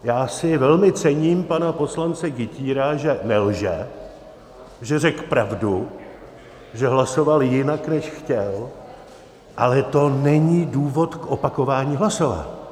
Já si velmi cením pana poslance Kytýra, že nelže, že řekl pravdu, že hlasoval jinak, než chtěl, ale to není důvod k opakování hlasování.